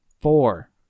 Four